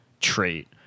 trait